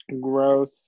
Gross